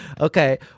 Okay